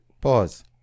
Pause